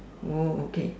oh okay